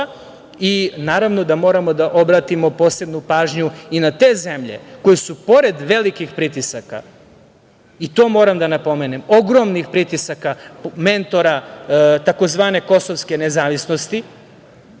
i naravno da moramo da obratimo posebnu pažnju i na te zemlje koje su pored velikih pritisaka, i to moram da napomenem, ogromnih pritisaka mentora tzv. „kosovske nezavisnosti“,